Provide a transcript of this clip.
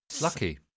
lucky